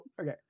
okay